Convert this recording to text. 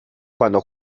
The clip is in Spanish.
cuando